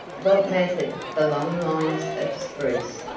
what mattered the long lines of spruce,